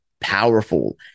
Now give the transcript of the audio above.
powerful